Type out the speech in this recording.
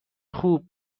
خوب